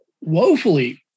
woefully